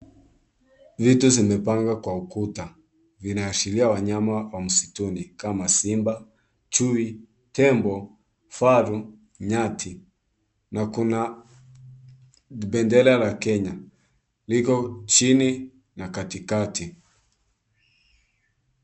Vitu zimepanga kwa ukuta, vinaashiria wanyama wa msituni kama simba, chui, tembo, faru, nyati. Na kuna bendera la Kenya, liko chini na katikati.